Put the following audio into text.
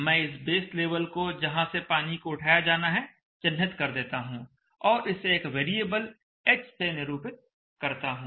मैं इस base level को जहां से पानी को उठाया जाना है चिह्नित कर देता हूं और इसे एक वेरिएबल H से निरूपित करता हूं